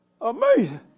Amazing